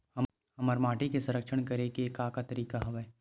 हमर माटी के संरक्षण करेके का का तरीका हवय?